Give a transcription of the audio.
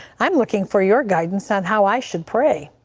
i'm looking for your guidance on how i should pray.